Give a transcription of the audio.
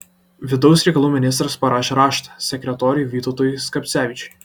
vidaus reikalų ministras parašė raštą sekretoriui vytautui skapcevičiui